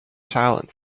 silent